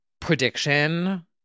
prediction